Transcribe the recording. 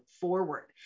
forward